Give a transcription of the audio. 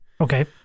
Okay